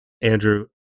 Andrew